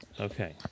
Okay